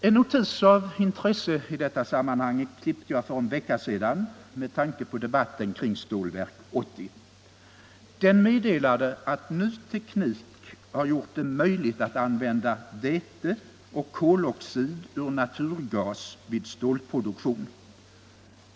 En notis av intresse i detta sammanhang klippte jag för en vecka sedan med tanke på debatten om Stålverk 80. Den meddelade att ny teknik har gjort det möjligt att använda väte och koloxid ur naturgas vid stålproduktion.